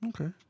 Okay